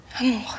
Amour